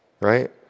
right